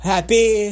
Happy